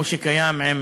כמו שקיים עם